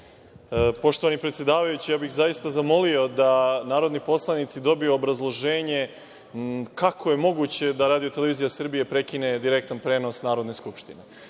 poštovani predsedavajući, zaista bih zamolio da narodni poslanici dobiju obrazloženje kako je moguće da RTS prekine direktan prenos Narodne skupštine,